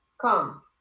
come